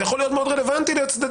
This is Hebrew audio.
זה יכול להיות מאוד רלוונטי לצדדים.